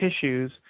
tissues